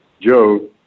Joe